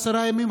עשרה ימים,